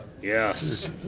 Yes